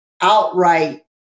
outright